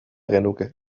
genuke